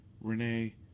Renee